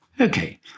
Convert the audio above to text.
Okay